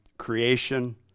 creation